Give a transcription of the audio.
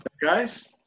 guys